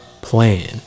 plan